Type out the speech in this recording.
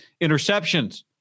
Interceptions